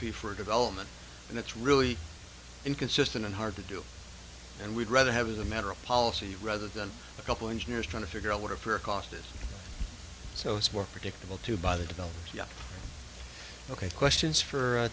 fee for development and it's really inconsistent and hard to do and we'd rather have as a matter of policy rather than a couple engineers trying to figure out what a fair cost is so it's more predictable to buy the developed yeah ok questions for